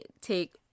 take